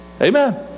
Amen